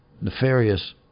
nefarious